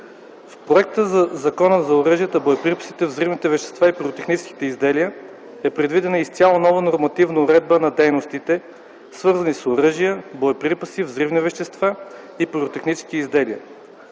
В Законопроекта за оръжията, боеприпасите, взривните вещества и пиротехническите изделия е предвидена изцяло нова нормативна уредба на дейностите, свързани с оръжия, боеприпаси, взривни вещества и пиротехнически изделия.